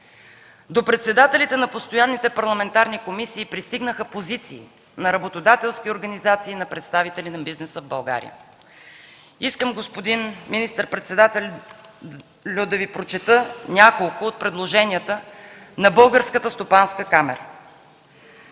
До председателите на постоянните парламентарни комисии пристигнаха позиции на работодателски организации и на представители на бизнеса в България. Искам, господин министър-председател, да Ви прочета няколко от предложенията на Българската стопанска камара.